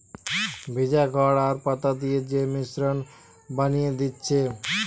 ভিজা খড় আর পাতা দিয়ে যে মিশ্রণ বানিয়ে দিচ্ছে